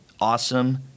Awesome